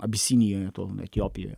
abisinijoje etiopijoje